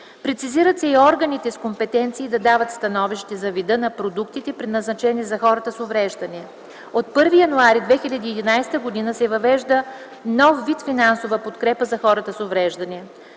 Прецизират се и органите с компетенции да дават становище за вида на продуктите предназначени за хората с увреждания. От 1 януари 2011 г. се въвежда нов вид финансова подкрепа за хората с увреждания